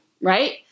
Right